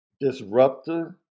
disruptor